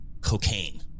Cocaine